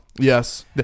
Yes